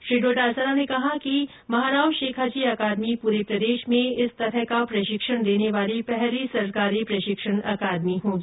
श्री डोटासरा ने कहा कि महाराव शेखाजी अकादमी पूरे प्रदेश में इस प्रकार का प्रशिक्षण देने वाली पहली सरकारी प्रशिक्षण अकादमी होगी